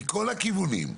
מכל הכיוונים.